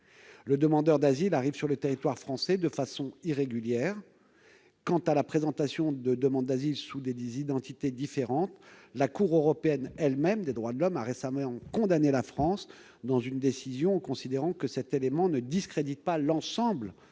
Le demandeur d'asile arrive sur le territoire français de façon irrégulière. Quant à la présentation de demandes d'asile sous des identités différentes, la Cour européenne des droits de l'homme a récemment condamné la France en considérant que cet élément ne discréditait pas l'ensemble des